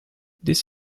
this